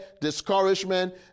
discouragement